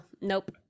Nope